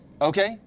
Okay